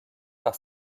par